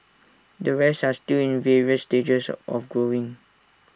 the rest are still in the various stages of growing